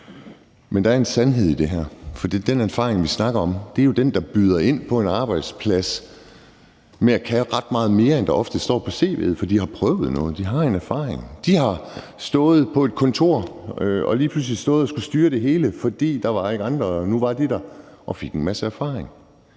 men der er en sandhed i det her. Den erfaring, vi snakker om, ligger jo hos dem, der byder ind på en arbejdsplads med at kunne ret meget mere end det, der ofte står på cv'et. For de har prøvet noget og har en erfaring. De har stået på et kontor og lige pludselig skullet styre det hele, fordi der ikke var andre. Men nu var de der, og så fik de en masse erfaring.